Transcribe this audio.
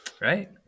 Right